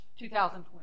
2020